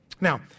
Now